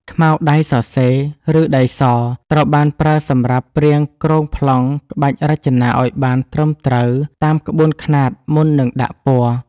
ខ្មៅដៃសរសេរ ឬដីស ត្រូវបានប្រើសម្រាប់ព្រាងគ្រោងប្លង់ក្បាច់រចនាឱ្យបានត្រឹមត្រូវតាមក្បួនខ្នាតមុននឹងដាក់ពណ៌។